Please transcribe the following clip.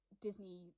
Disney